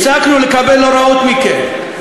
הפסקנו לקבל הוראות מכם,